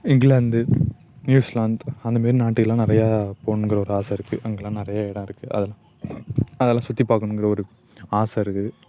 England New Zealand அந்த மாதிரி நாட்டுக்கெலாம் நிறையா போகணுங்கற ஒரு ஆசை இருக்குது அங்கெலாம் நிறைய இடம் இருக்குது அதெலாம் அதெலாம் சுற்றி பார்க்கணுங்கற ஒரு ஆசை இருக்குது